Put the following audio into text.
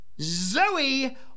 Zoe